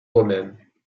romaine